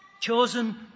Chosen